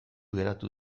geratu